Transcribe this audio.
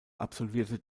absolvierte